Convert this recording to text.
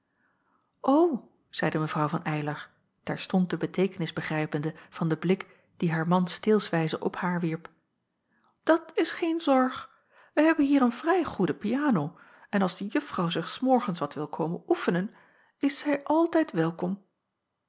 zeide mw van eylar terstond de beteekenis begrijpende van den blik dien haar man steelswijze op haar wierp dat is geen zorg wij hebben hier een vrij goede piano en als de juffrouw zich s morgens wat wil komen oefenen is zij altijd welkom